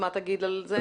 מה תגיד על זה?